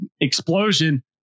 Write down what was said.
Explosion